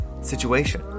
situation